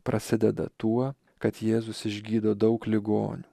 prasideda tuo kad jėzus išgydo daug ligonių